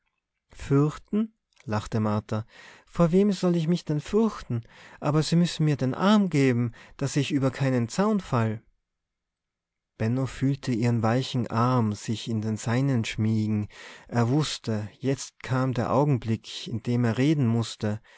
lachte martha vor wem soll ich mich denn fürchten aber sie müssen mir den arm geben daß ich über keinen zaun fall benno fühlte ihren weichen arm sich in den seinen schmiegen er wußte jetzt kam der augenblick in dem er reden mußte